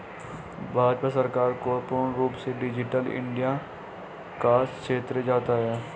भाजपा सरकार को पूर्ण रूप से डिजिटल इन्डिया का श्रेय जाता है